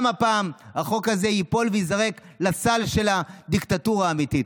גם הפעם החוק הזה ייפול וייזרק לסל של הדיקטטורה האמיתית.